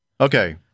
Okay